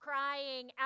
crying